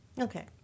Okay